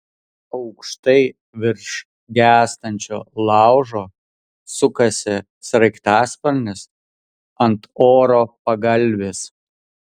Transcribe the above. aukštai virš gęstančio laužo sukasi sraigtasparnis ant oro pagalvės